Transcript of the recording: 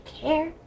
care